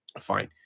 fine